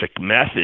method